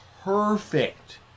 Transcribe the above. perfect